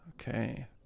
Okay